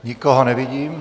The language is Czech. Nikoho nevidím.